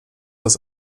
das